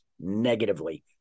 negatively